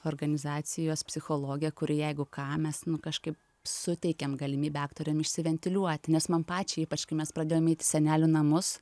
organizacijos psichologę kuri jeigu ką mes nu kažkaip suteikiam galimybę aktoriam išsiventiliuoti nes man pačiai ypač kai mes pradėjom eit į senelių namus